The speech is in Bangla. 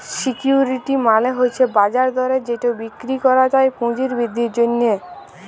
সিকিউরিটি মালে হছে বাজার দরে যেট বিক্কিরি ক্যরা যায় পুঁজি বিদ্ধির জ্যনহে